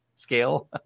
scale